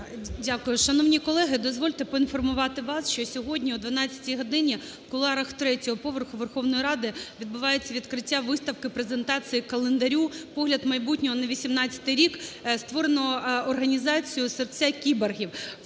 Дякую. Шановні колеги, дозвольте поінформувати вас, що сьогодні о 12 годині в кулуарах третього поверху Верховної Ради відбувається відкриття виставки-презентації календаря "Погляд в майбутнє" (2018 рік), створений організацією "Серця кіборгів".